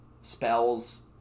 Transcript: spells